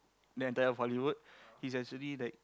the entire of Hollywood he's actually like